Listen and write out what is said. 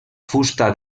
fusta